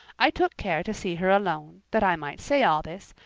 i took care to see her alone, that i might say all this,